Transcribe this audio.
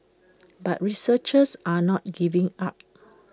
but researchers are not giving up